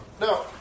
No